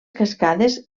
cascades